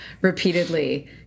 repeatedly